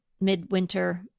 midwinter